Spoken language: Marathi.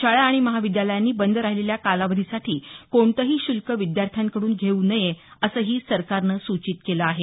शाळा आणि महाविद्यालयांनी बंद राहिलेल्या कालावधीसाठी कोणतही शुल्क विद्यार्थ्यांकडून घेवू नये असंही सरकारनं सूचित केलं आहे